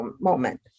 moment